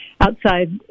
outside